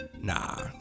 Nah